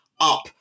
up